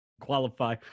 qualify